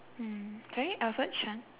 mm sorry alfred chan